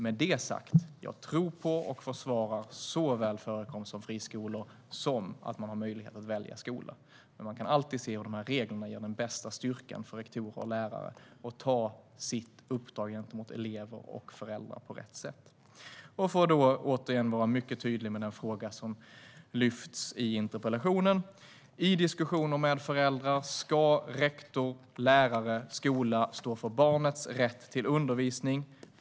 Med detta sagt: Jag tror på och försvarar såväl förekomsten av friskolor som möjligheten att välja skola. Men man kan alltid se om dessa regler ger den bästa styrkan för rektorer och lärare att ta sitt uppdrag gentemot elever och föräldrar på rätt sätt. Jag ska återigen vara mycket tydlig med den fråga som lyfts fram i interpellationen: I diskussioner med föräldrar ska rektor, lärare och skola stå för barnets rätt till undervisning.